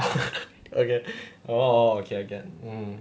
okay orh okay I get it